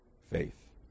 faith